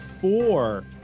four